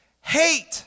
hate